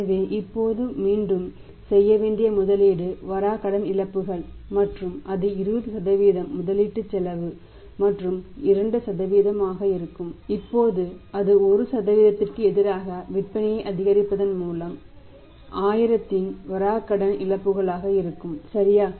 எனவே இப்போது மீண்டும் செய்ய வேண்டிய முதலீடு வராக்கடன் இழப்புகள் மற்றும் அது 20 முதலீட்டு செலவு மற்றும் 2 ஆக இருக்கும் இப்போது அது 1 க்கு எதிராக விற்பனையை அதிகரிப்பதன் மூலம் 1000 இன் வராக்கடன் இழப்புகளாக இருக்கும் சரியா